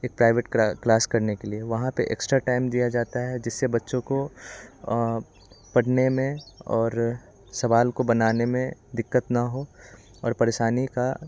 एक private class करने के लिए वहाँ पे एक्स्ट्रा टाइम दिया जाता है जिससे बच्चों को पढ़ने में और सवाल को बनाने में दिक्कत ना हो और परेशानी का